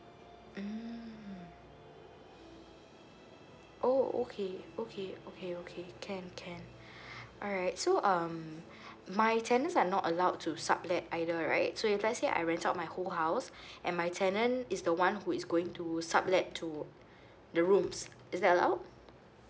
mm oh okay okay okay okay can can alright so um my tenants are not allowed to sub that either right so if let's say I rent out my whole house and my tenant is the one who is going to sub that to the rooms is that allow